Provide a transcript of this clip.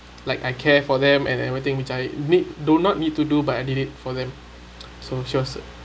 like I care for them and everything which I need do not need to do but I did it for them so she was